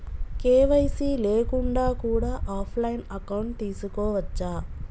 KYC లేకుండా కూడా offline account తీసుకోవచ్చా?